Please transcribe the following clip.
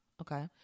Okay